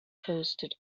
posted